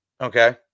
Okay